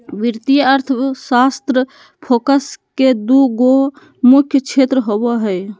वित्तीय अर्थशास्त्र फोकस के दू गो मुख्य क्षेत्र होबो हइ